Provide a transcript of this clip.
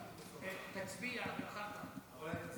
תצביע ואחר כך.